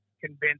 convince